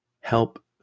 help